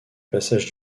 passage